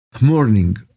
morning